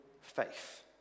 faith